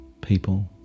people